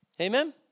Amen